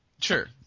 Sure